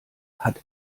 hat